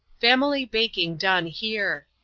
family baking done here.